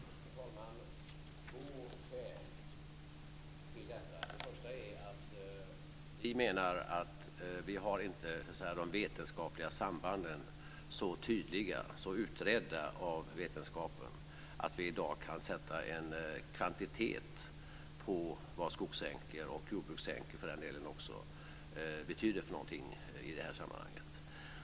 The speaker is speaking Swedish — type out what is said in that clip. Herr talman! Det finns två skäl till detta. Det första är att vi menar att de vetenskapliga sambanden inte är så tydliga och så utredda av vetenskapen att vi i dag kan sätta en kvantitet på vad skogssänkor och jordbrukssänkor betyder i det här sammanhanget.